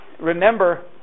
remember